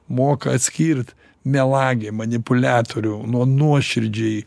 moka atskirt melagį manipuliatorių nuo nuoširdžiai